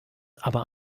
aber